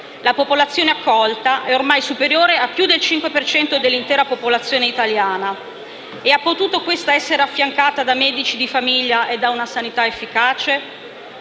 La popolazione accolta è ormai superiore al 5 per cento dell'intera popolazione italiana. Ha potuto questa essere affiancata da medici di famiglia e da una sanità efficace?